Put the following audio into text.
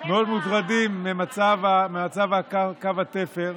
מאוד מוטרדים מהמצב בקו התפר.